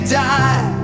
die